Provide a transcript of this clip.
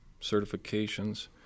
certifications